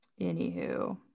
anywho